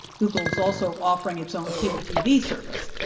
google's also offering its own cable tv service.